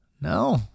No